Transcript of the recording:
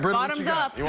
bottoms up.